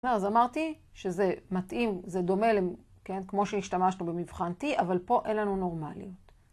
אז אמרתי שזה מתאים, זה דומה, כמו שהשתמשנו במבחן T, אבל פה אין לנו נורמלים